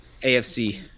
AFC